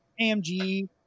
AMG